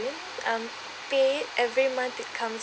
um pay every month that comes